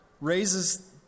raises